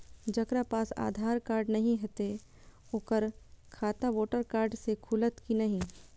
जकरा पास आधार कार्ड नहीं हेते ओकर खाता वोटर कार्ड से खुलत कि नहीं?